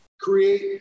create